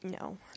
no